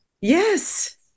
yes